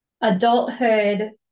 adulthood